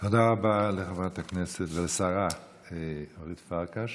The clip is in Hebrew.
תודה רבה לחברת הכנסת והשרה אורית פרקש,